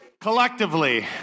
collectively